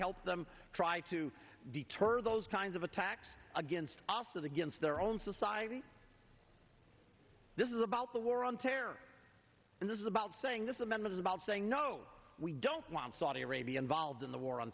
help them try to deter those kinds of attacks against os of against their own society this is about the war on terror and this is about saying this amendment is about saying no we don't want saudi arabia involved in the war on